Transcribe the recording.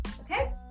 Okay